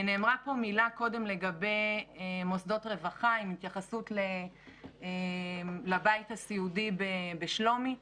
נאמרה פה מילה קודם לגבי מוסדות רווחה עם התייחסות לבית הסיעודי בשלומי.